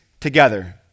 together